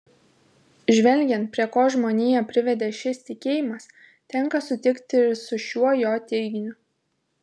žvelgiant prie ko žmoniją privedė šis tikėjimas tenka sutikti ir su šiuo jo teiginiu